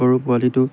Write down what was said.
গৰু পোৱালিটো